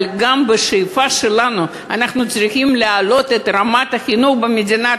אבל גם בשאיפה שלנו אנחנו צריכים להעלות את רמת החינוך במדינת